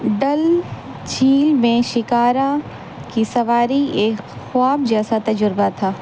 ڈل جھیل میں شکارہ کی سواری ایک خواب جیسا تجربہ تھا